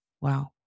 Wow